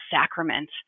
sacrament